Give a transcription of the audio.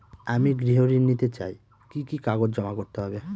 আমি গৃহ ঋণ নিতে চাই কি কি কাগজ জমা করতে হবে?